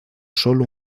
solo